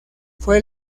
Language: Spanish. fue